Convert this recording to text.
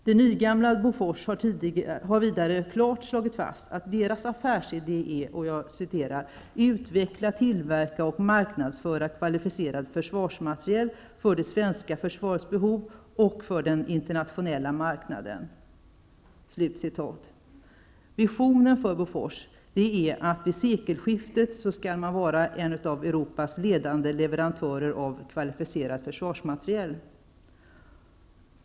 Det nygamla Bofors har vidare klart slagit fast att affärsidén är att ''utveckla, tillverka och marknadsföra kvalificerad försvarsmateriel för det svenska försvarets behov och för den internationella marknaden.'' Visionen är att Bofors vid sekelskiftet skall vara en av Europas ledande leverantörer av kvalificerad försvarsmateriel.